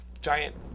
Giant